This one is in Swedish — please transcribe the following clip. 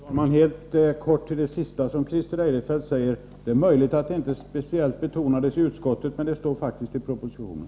Herr talman! Ett kort svar på det senaste Christer Eirefelt sade: Det är möjligt att det inte speciellt betonades i utskottet, men det står faktiskt i propositionen.